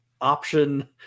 option